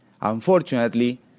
Unfortunately